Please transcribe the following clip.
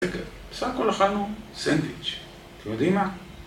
בסך הכל אכלנו סנדוויץ', אתם יודעים מה,